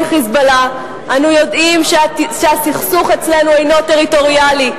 מ"חיזבאללה" אנו יודעים שהסכסוך אצלנו אינו טריטוריאלי,